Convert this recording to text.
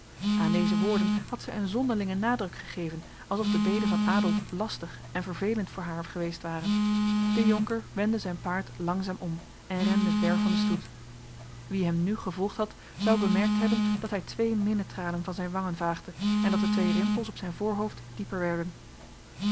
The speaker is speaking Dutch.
aan deze woorden had zij een zonderlinge nadruk gegeven alsof de bede van adolf lastig en vervelend voor haar geweest ware de jonker wendde zijn paard langzaam om en rende ver van de stoet wie hem nu gevolgd had zou bemerkt hebben dat hij twee minnetranen van zijn wangen vaagde en dat de twee rimpels op zijn voorhoofd dieper werden